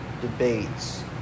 debates